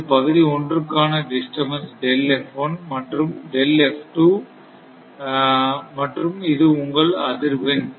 இது பகுதி 1 க்கான டிஸ்டர்பன்ஸ் இது மற்றும் இது உங்கள் அதிர்வெண்